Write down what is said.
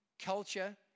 culture